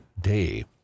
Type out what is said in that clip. day